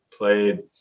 Played